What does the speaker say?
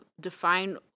define